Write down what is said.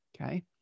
Okay